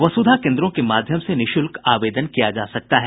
वसुधा केन्द्रों के माध्यम से निःशुल्क आवेदन किया जा सकता है